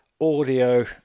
audio